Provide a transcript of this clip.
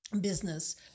business